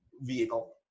vehicle